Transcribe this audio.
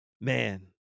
man